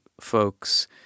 folks